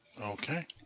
Okay